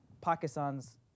Pakistan's